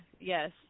yes